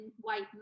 white